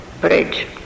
bridge